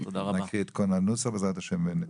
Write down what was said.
נקריא את כל הנוסח בעזרת השם.